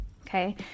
Okay